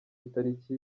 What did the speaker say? itariki